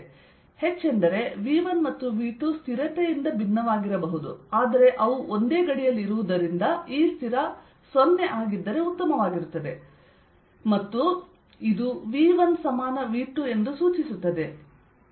ಹೆಚ್ಚೆಂದರೆ V1 ಮತ್ತು V2 ಸ್ಥಿರತೆಯಿಂದ ಭಿನ್ನವಾಗಿರುತ್ತವೆ ಆದರೆ ಅವು ಒಂದೇ ಗಡಿಯಲ್ಲಿ ಇರುವುದರಿಂದ ಈ ಸ್ಥಿರ 0 ಆಗಿದ್ದರೆ ಉತ್ತಮವಾಗಿರುತ್ತದೆ ಆದ್ದರಿಂದ ಇದು V1V2 ಅನ್ನು ಸೂಚಿಸುತ್ತದೆ